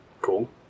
Cool